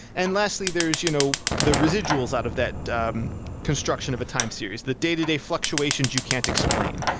and lastly, there's you know the residuals out of that um construction of a time series, the day-to-day fluctuations you can't explain.